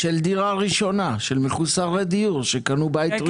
של דירה ראשונה, של מחוסרי דיור שקנו בית ראשון.